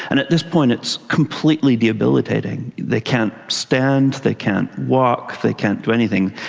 and at this point it's completely debilitating. they can't stand, they can't walk, they can't do anything.